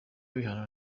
bihano